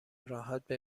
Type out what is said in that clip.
راحت